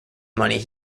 money